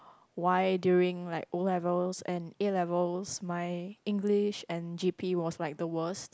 why during like O-levels and A-levels my English and G_P was like the worst